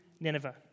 Nineveh